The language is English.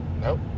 Nope